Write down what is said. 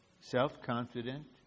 self-confident